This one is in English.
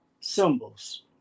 symbols